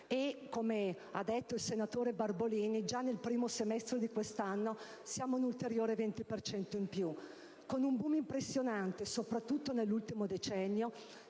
e, come ha detto il senatore Barbolini, già nel primo semestre di quest'anno siamo ad un'ulteriore 20 per cento in più, con un *boom* impressionante, soprattutto nell'ultimo decennio,